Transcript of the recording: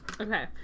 Okay